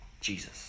Jesus